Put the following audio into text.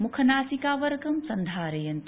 मुखावरकं सन्धारयन्तु